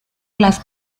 las